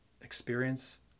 experience